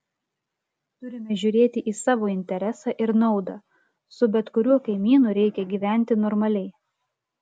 turime žiūrėti į savo interesą ir naudą su bet kuriuo kaimynu reikia gyventi normaliai